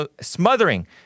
smothering